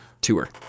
tour